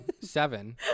seven